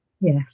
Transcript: Yes